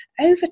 over